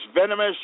venomous